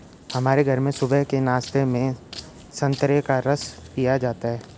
हमारे घर में सुबह के नाश्ते में संतरे का रस पिया जाता है